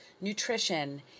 nutrition